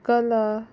कला